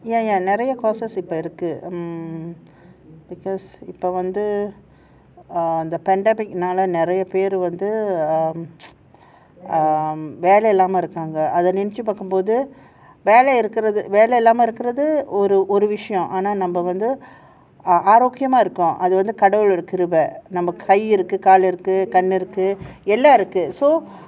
ya ya நெறைய:neraya courses இருக்கு:irukku mm because இப்ப வந்து:ippa vanthu err the pandemic நால இப்ப வந்து:naala ippa vanthu um um நெறைய பேர் வேலை இல்லாம இருக்காங்க அதநெனச்சு பாக்கும்போது வேலை இல்லாம இருக்கறது ஒரு விசியம் ஆனா ஆரோக்யமா இருக்கு அது கடவுளோட கிருபை கை இருக்கு கால் இருக்கு கண் இருக்கு:neraya per velai illama iirukkanga atha nenachu paakkumbothu vela illama irukrathu oru visiyam aana aarokkiyama irukku athu kadavuloda kirubai kai irukku kaal itrrukku kan irukku so